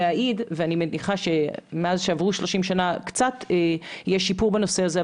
ואני מניחה שב-30 השנים שעברו מאז יש קצת שיפור בנושא הזה,